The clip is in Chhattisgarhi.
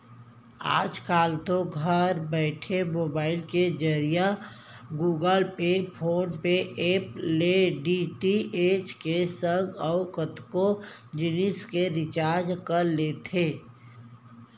आजकल तो घर बइठे मोबईल के जरिए Google Pay, PhonePe app ले डी.टी.एच के संग अउ कतको जिनिस के रिचार्ज कर लेथे